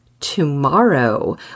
Tomorrow